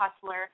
hustler